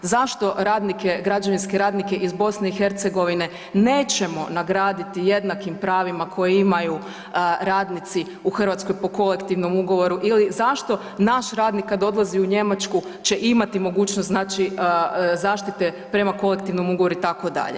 Zašto radnike, građevinske radnike iz BiH nećemo nagraditi jednakim pravima koje imaju radnici u Hrvatskoj po Kolektivnom ugovoru ili zašto naš radnik, kad odlazi u Njemačku će imati mogućnost, znači zaštite prema Kolektivnom ugovoru, itd.